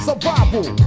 Survival